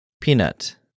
Peanut